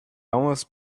almost